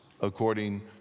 according